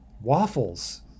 Waffles